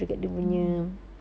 mm mm